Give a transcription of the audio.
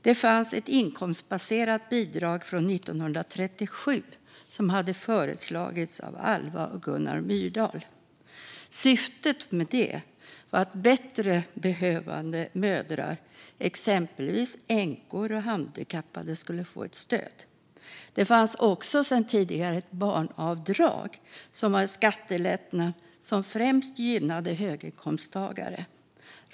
Det fanns ett inkomstbaserat bidrag från 1937 som hade föreslagits av Alva och Gunnar Myrdal. Syftet med det var att bättre behövande mödrar, exempelvis änkor och handikappade, skulle få ett stöd. Det fanns också sedan tidigare ett barnavdrag som var en skattelättnad som främst gynnade höginkomsttagare.